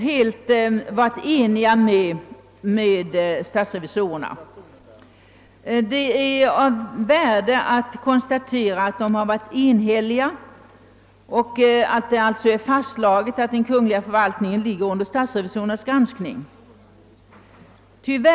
Det är av värde att kunna konstatera att båda utlåtandena har varit enhälliga och att det alltså är fastslaget, att den kungl. förvaltningen ligger under statsrevisorernas granskning.